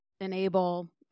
enable